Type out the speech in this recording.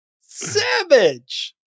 Savage